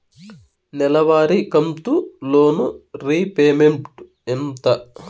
నెలవారి కంతు loan repayment ఎంత?